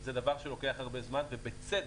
זה דבר שלוקח הרבה זמן, ובצדק,